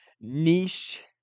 niche